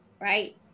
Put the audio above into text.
right